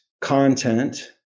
content